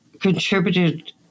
contributed